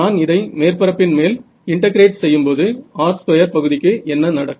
நான் இதை மேற்பரப்பின் மேல் இன்டெகிரேட் செய்யும்போது r ஸ்கொயர் பகுதிக்கு என்ன நடக்கும்